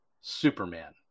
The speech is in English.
Superman